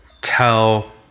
tell